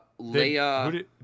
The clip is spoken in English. Leia